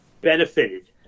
benefited